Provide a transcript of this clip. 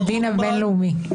הבין-לאומי.